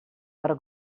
per